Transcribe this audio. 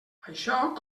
això